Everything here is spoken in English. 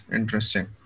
Interesting